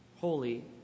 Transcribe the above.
Holy